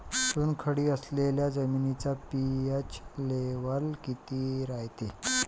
चुनखडी असलेल्या जमिनीचा पी.एच लेव्हल किती रायते?